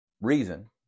reason